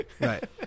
Right